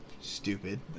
Stupid